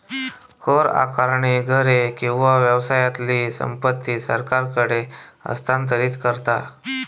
कर आकारणी घरे किंवा व्यवसायातली संपत्ती सरकारकडे हस्तांतरित करता